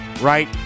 right